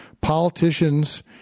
Politicians